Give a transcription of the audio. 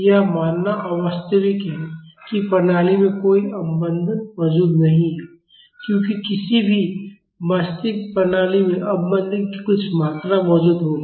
यह मानना अवास्तविक है कि प्रणाली में कोई अवमंदन मौजूद नहीं है क्योंकि किसी भी वास्तविक प्रणाली में अवमंदन की कुछ मात्रा मौजूद होगी